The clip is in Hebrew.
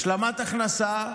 השלמת הכנסה,